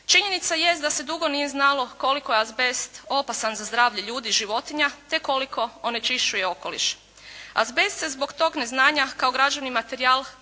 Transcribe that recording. Činjenica je da se dugo nije znalo koliko je azbest opasan za zdravlje ljudi, životinja, te koliko onečišćuje okoliš. Azbest se zbog tog neznanja kao građevni materijal